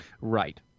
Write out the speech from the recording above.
right